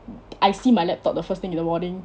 I see my laptop the first thing in the morning